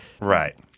right